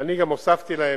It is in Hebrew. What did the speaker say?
אני גם הוספתי להם,